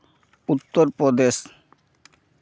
Uttar Pradesh